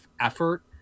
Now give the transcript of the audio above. effort